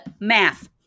Math